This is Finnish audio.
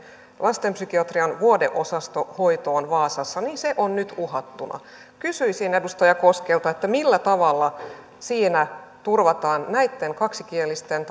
lastenpsykiatrian vuodeosastohoitoon vaasassa niin se on nyt uhattuna kysyisin edustaja koskelta millä tavalla siinä turvataan näitten kaksikielisten